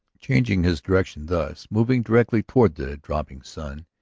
changing his direction thus, moving directly toward the dropping sun,